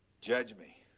judge me.